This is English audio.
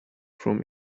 from